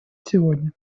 сегодня